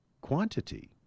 quantity